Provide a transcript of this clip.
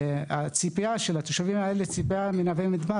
הציפייה של האנשים האלה היא לקבל את